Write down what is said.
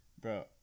bro